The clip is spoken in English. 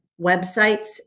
websites